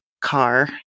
car